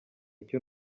icyo